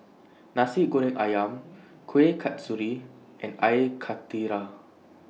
Nasi Goreng Ayam Kueh Kasturi and Air Karthira